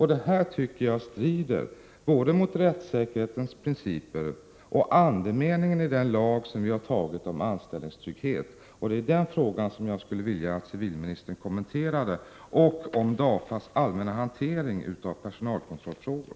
Handlandet strider mot både rättssäkerhetens principer och andemeningen i den lag som vi har antagit om anställningstrygghet. Det är den frågan jag skulle vilja att civilministern kommenterade, samt DAFA:s allmänna hantering av personalkontrollfrågor.